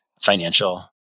financial